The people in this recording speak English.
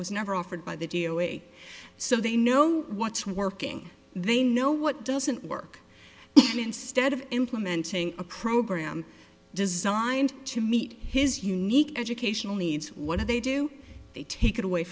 was never offered by the d o a so they know what's working they know what doesn't work and instead of implementing a program designed to meet his unique educational needs what do they do they take it away